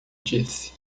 disse